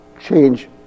change